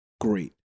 great